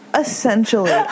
Essentially